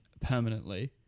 permanently